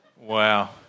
Wow